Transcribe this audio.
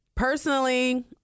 Personally